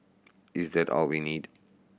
is that all we need